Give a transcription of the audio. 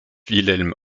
wilhelm